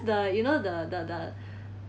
the you know the the the